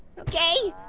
okay,